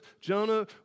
Jonah